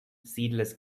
seedless